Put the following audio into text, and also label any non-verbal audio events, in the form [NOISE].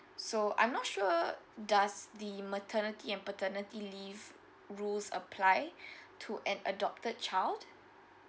so I'm not sure does the maternity and paternity leave rules apply [BREATH] to an adopted child